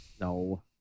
No